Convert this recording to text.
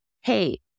Hey